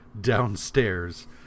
downstairs